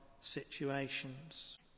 situations